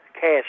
cash